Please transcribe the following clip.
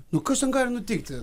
nu kas ten gali nutikti